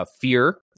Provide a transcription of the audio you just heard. fear